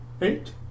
Eight